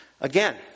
again